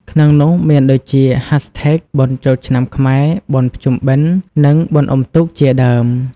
ក្នុងនោះមានដូចជា hashtag #បុណ្យចូលឆ្នាំខ្មែរ #បុណ្យភ្ជុំបិណ្ឌ និង #បុណ្យអ៊ុំទូក ជាដើម។